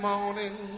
morning